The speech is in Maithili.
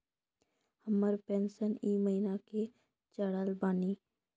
हमर पेंशन ई महीने के चढ़लऽ बानी?